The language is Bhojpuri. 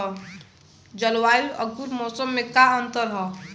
जलवायु अउर मौसम में का अंतर ह?